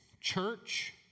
church